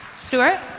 stuart?